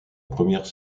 première